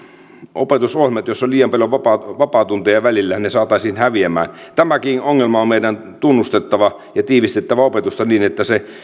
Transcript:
opetusohjelmat joissa on liian paljon vapaatunteja välillä saataisiin häviämään tämäkin ongelma on meidän tunnustettava ja tiivistettävä opetusta niin että se